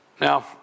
now